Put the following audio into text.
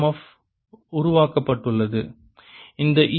F உருவாக்கப்பட்டுள்ளது இந்த ஈ